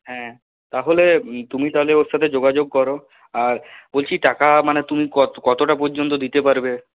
হ্যাঁ তাহলে তুমি তাহলে ওর সাথে যোগাযোগ করো আর বলছি টাকা মানে তুমি কত কতটা পর্যন্ত দিতে পারবে